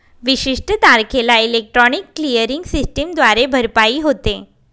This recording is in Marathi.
विशिष्ट तारखेला इलेक्ट्रॉनिक क्लिअरिंग सिस्टमद्वारे भरपाई होते